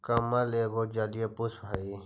कमल एगो जलीय पुष्प हइ